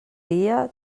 dia